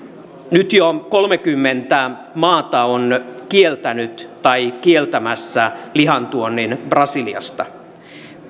nyt jo kolmekymmentä maata on kieltänyt tai kieltämässä lihan tuonnin brasiliasta